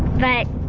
but